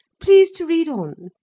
please to read on.